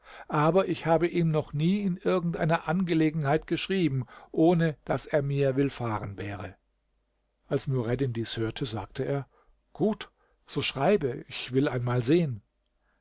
aber ich habe ihm noch nie in irgend einer angelegenheit geschrieben ohne daß er mir willfahren wäre als nureddin dies hörte sagte er gut so schreibe ich will einmal sehen